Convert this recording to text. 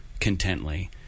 contently